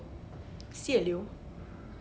蟹柳